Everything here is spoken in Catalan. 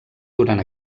durant